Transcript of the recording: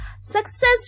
Success